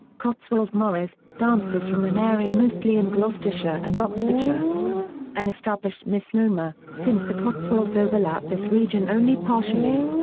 cotswold morris dances from an area mostly in gloucestershire and oxfordshire an established misnomer, since the cotswolds overlap this region only partially.